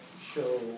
show